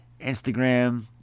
Instagram